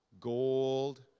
gold